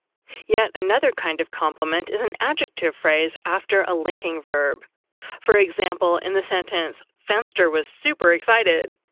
yet another kind of complement is an adjective phrase after a linking verb for example, in the sentence fenster was super-excited,